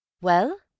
Well